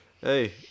hey